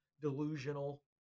delusional